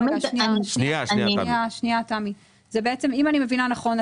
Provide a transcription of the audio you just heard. אני מבינה נכון,